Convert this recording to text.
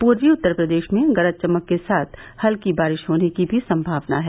पूर्वी उत्तर प्रदेश में गरज चमक के साथ हल्की बारिश होने की भी सम्भावना है